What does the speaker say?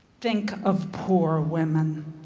think of poor women.